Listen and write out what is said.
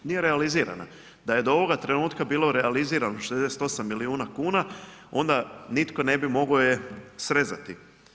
Nije realizirana, da je do ovoga trenutka bilo realizirano 68 milijuna kuna onda nitko ne bi mogao je srezati.